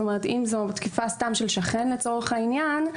אם זו תקיפה סתם של שכן לצורך העניין,